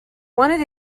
wanted